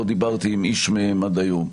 ואני לא דיברתי עם איש מהם עד היום,